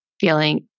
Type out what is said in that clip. feeling